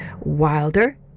Wilder